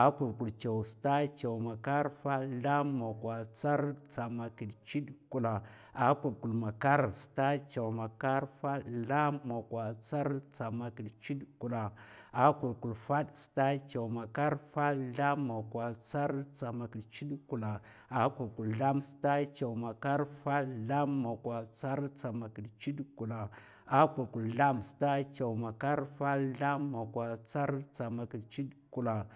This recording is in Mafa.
A kulkul stad. stad, chaw, makar, fad, zlam, mokwa, tsarrd, tsamakid, chudè, kulla. A kulkul makar. staɗ, chaw, makar, fad, zlam, mokwa, tsarrd, tsamakid, chudè, kulla. A kulkul fad. stad, chaw, makar, fad, zlam, mokwa, tsarrd, tsamakid, chudè, kulla. A kulkul zlam. tsad, chaw, makar, fad, zlam, mokwa, tsarrd, stamakid, chudè, kulla.